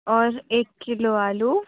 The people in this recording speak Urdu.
اور ایک کلو آلو